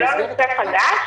זה לא נושא חדש?